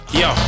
yo